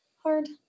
hard